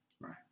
Right